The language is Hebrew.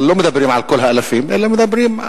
אבל לא מדברים על כל האלפים אלא מתמקחים